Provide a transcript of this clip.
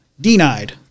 denied